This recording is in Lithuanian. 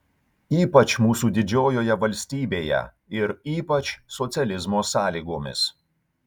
ypač mūsų didžiojoje valstybėje ir ypač socializmo sąlygomis